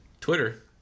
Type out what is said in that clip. Twitter